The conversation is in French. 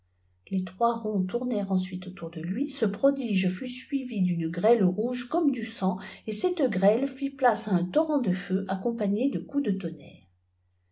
les trois ronds tournèrent ensuite autour de lui çç prodige fut suivi d'une grêle rouge comme du sang et cette grêle fit place à un torrent de feu accompagné de coups de tonnerre